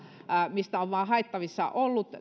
mistä on vain haettavissa ollut